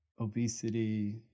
obesity